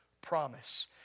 promise